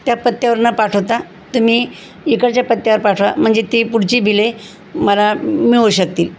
त्या पत्त्यावर न पाठवता तुम्ही इकडच्या पत्त्यावर पाठवा म्हणजे ती पुढची बिले मला मिळू शकतील